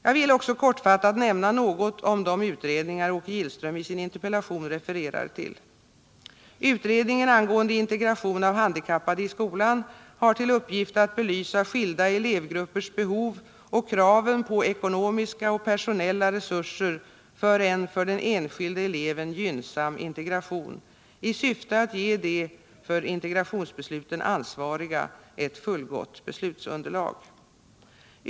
Jag vill också kortfattat nämna något om de utredningar Åke Gillström i sin interpellation refererar till. Utredningen angående integration av handikappade i skolan har till uppgift att belysa skilda elevgruppers behov och kraven på ekonomiska och personella resurser för en för den enskilde eleven gynnsam integration, i syfte att ge de för integrationsbesluten ansvariga ett fullgott beslutsunderlag.